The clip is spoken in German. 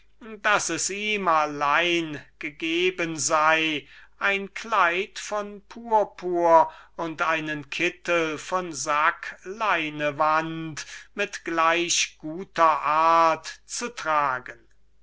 daß es ihm allein gegeben war ein kleid von purpur und einen kittel von sackleinwand mit gleich guter art zu tragen